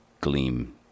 gleam